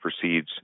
proceeds